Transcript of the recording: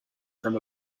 from